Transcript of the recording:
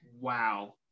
Wow